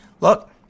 look